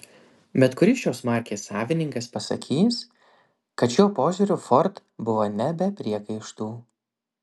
bet kuris šios markės savininkas pasakys kad šiuo požiūriu ford buvo ne be priekaištų